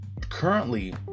currently